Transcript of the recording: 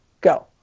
go